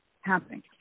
happening